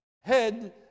head